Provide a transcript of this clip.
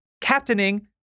captaining